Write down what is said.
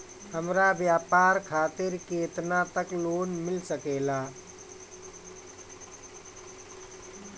हमरा व्यापार खातिर केतना तक लोन मिल सकेला?